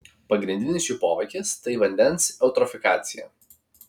pagrindinis jų poveikis tai vandens eutrofikacija